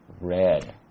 red